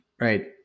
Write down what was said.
Right